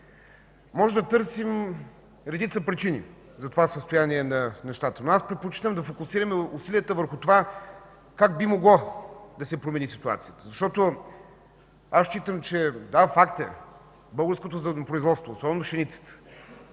Можем да търсим редица причини за това състояние на нещата, но аз предпочитам да фокусираме усилията върху това как би могло да се промени ситуацията. Факт е, че българското зърнопроизводство, особено пшеницата,